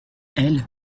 elles